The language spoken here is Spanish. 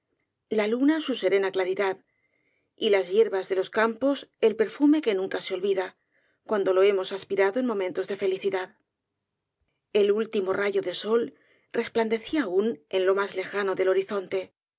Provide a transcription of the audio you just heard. la luna su serena claridad y las hierbas de los campos el perfume que nunca se olvida cuando lo hemos aspirado en momentos de felicidad el último rayo del sol resplandecía aún en lo más lejano del horizonte